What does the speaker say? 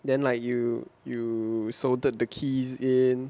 then like you you soldered the keys in